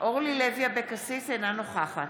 אינה נוכחת